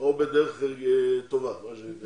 או בדרך טובה מה שנקרא.